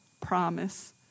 promise